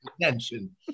attention